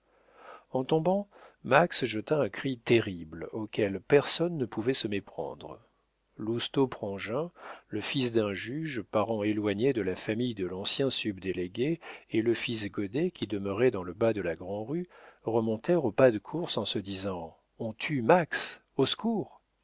en tombant max jeta un cri terrible auquel personne ne pouvait se méprendre lousteau prangin le fils d'un juge parent éloigné de la famille de l'ancien subdélégué et le fils goddet qui demeurait dans le bas de la grand'rue remontèrent au pas de course en se disant on tue max au secours